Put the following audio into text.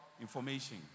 information